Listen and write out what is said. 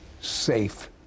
safe